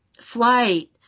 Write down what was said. flight